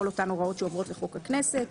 כל אותן הוראות שעוברות לחוק הכנסת.